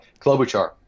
Klobuchar